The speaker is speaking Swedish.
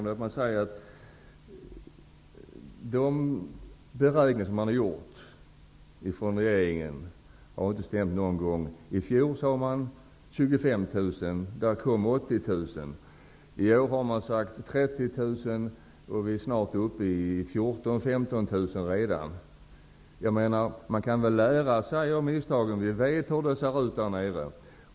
De beräkningar som regeringen har gjort har inte någon gång stämt. I fjol sade man att 25 000 skulle komma. Då kom det 80 000. I år har man sagt att 30 000 kommer att komma, och vi är snart uppe i 14 000--15 000. Man kan väl lära sig av misstagen. Vi vet ju hur det ser ut där nere.